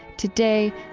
today,